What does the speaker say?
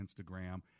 Instagram